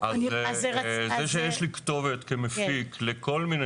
אז זה שיש לי כתובת כמפיק לכל מיני